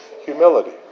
Humility